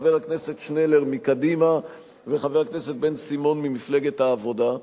חבר הכנסת שנלר מקדימה וחבר הכנסת בן-סימון ממפלגת העבודה,